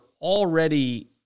already